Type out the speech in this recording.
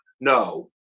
No